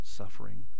suffering